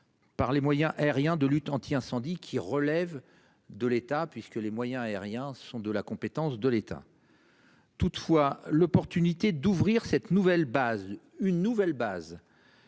Par les moyens aériens de lutte anti-incendie qui relèvent de l'État puisque les moyens aériens sont de la compétence de l'État. Toutefois l'opportunité d'ouvrir cette nouvelle base une nouvelle base.